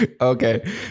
okay